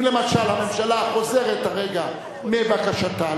אם למשל הממשלה חוזרת הרגע מבקשתה,